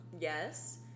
Yes